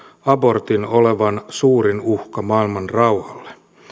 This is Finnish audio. abortin olevan suurin uhka maailmanrauhalle